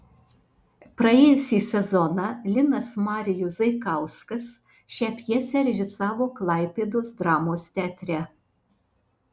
praėjusį sezoną linas marijus zaikauskas šią pjesę režisavo klaipėdos dramos teatre